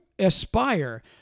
aspire